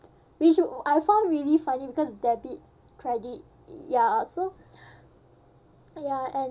which you I found really funny because debit credit ya so ya and